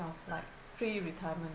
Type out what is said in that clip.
of like pre-retirement